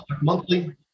monthly